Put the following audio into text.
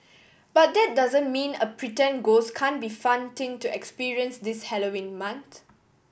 but that doesn't mean a pretend ghost can't be fun thing to experience this Halloween month